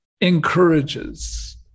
encourages